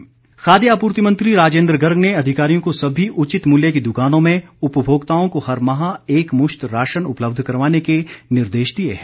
राजेंद्र गर्ग खाद्य आपूर्ति मंत्री राजेंद्र गर्ग ने अधिकारियों को सभी उचित मूल्य की दुकानों में उपभोक्ताओं को हर माह एक मुश्त राशन उपलब्ध करवाने के निर्देश दिए हैं